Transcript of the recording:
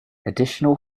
additional